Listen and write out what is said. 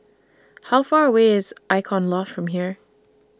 How Far away IS Icon Loft from here